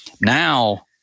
Now